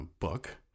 book